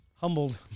Humbled